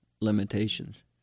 limitations